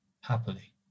happily